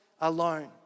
alone